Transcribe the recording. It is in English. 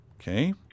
Okay